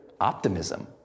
optimism